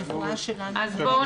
אבל עובדה שיש.